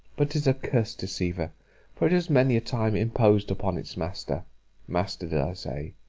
but tis a cursed deceiver for it has many a time imposed upon its master master, did i say?